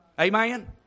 Amen